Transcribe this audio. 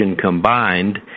combined